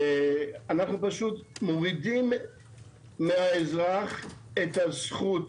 אנחנו פשוט מורידים מהאזרח את הזכות